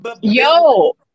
Yo